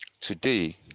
today